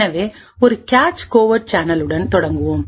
எனவே ஒரு cache covert சேனலுடன் தொடங்குவோம்